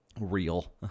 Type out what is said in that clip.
real